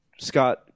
Scott